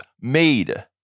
made